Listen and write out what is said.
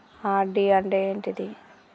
RD అంటే ఏంటిది?